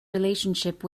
relationship